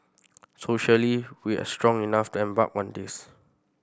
socially we are strong enough to embark on this